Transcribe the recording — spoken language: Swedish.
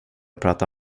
prata